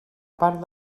part